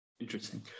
Interesting